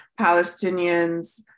Palestinians